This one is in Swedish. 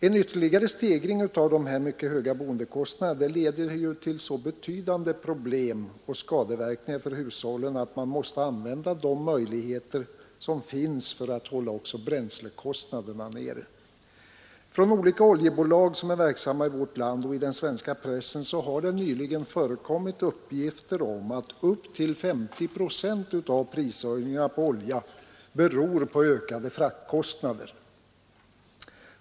En ytterligare stegring av dessa mycket höga boendekostnader leder ju till så betydande problem och skatteverkningar för hushållen att man måste använda de möjligheter som finns för att hålla också bränslekostnaderna nere. Från olika oljebolag som är verksamma i vårt land, och även i den svenska pressen, har det nyligen lämnats uppgifter om att upp till 50 procent av prishöjningarna på olja beror på ökade fraktkostnader.